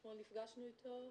אתמול נפגשנו איתו.